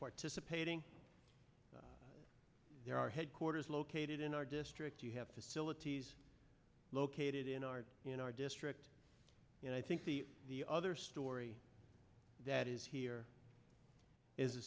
participating there are headquarters located in our district you have to cilla t's located in our in our district and i think the the other story that is here is a